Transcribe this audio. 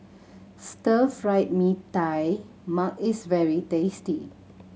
Stir Fried Mee Tai Mak is very tasty